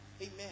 Amen